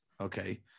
okay